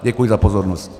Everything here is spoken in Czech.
Děkuji za pozornost.